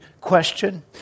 question